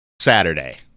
Saturday